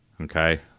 Okay